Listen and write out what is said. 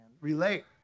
relate